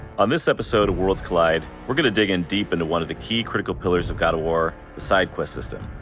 on this episode of worlds collide we're gonna dig in deep into one of the key critical pillars of god of war, the side quest system.